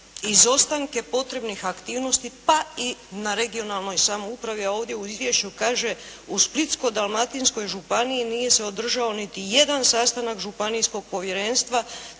izostanke potrebnih aktivnosti, pa i na regionalnoj samoupravi, a ovdje u izvješću kaže u Splitsko-dalmatinskoj županiji nije se održao niti jedan sastanak županijskog povjerenstva